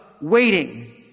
Waiting